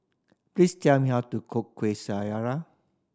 please tell me how to cook Kuih Syara